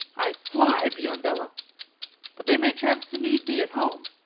i fly, biondello but they may chance to need the at home,